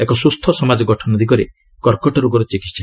ଏକ ସୁସ୍ଥ ସମାଜ ଗଠନ ଦିଗରେ କର୍କଟ ରୋଗର ଚିକିସ୍